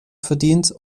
verdient